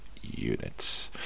units